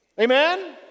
Amen